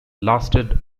lasted